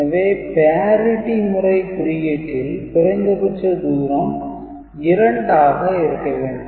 எனவே parity முறை குறியீட்டில் குறைந்த பட்ச தூரம் 2 ஆக இருக்க வேண்டும்